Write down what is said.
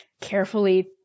carefully